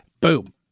Boom